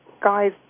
guys